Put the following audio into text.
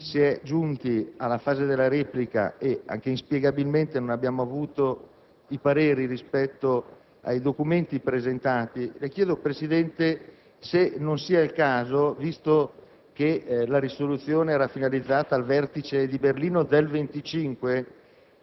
Si è giunti alla fase della replica, ma, inspiegabilmente, non sono stati espressi i pareri rispetto agli ordini del giorno presentati. Le chiedo, Presidente, se non sia il caso, visto che la risoluzione era finalizzata al Vertice di Berlino del